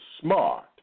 smart